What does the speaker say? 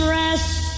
rest